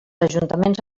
ajuntaments